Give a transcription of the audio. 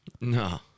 No